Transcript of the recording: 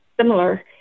similar